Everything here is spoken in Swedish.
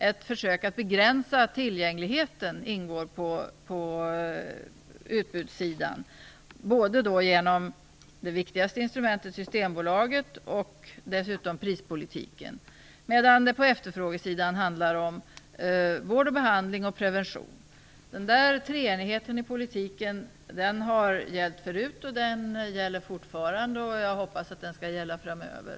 Ett försök att begränsa tillgängligheten ingår i stället på utbudssidan både genom det viktigaste instrumentet, Systembolaget, och genom prispolitiken. På efterfrågesidan däremot handlar det om vård, behandling och prevention. Denna treenighet i politiken har gällt förut och gäller fortfarande. Jag hoppas att den också kommer att gälla framöver.